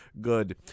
Good